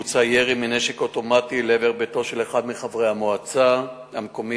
בוצע ירי מנשק אוטומטי לעבר ביתו של אחד מחברי המועצה המקומית